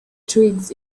twigs